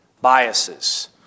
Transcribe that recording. biases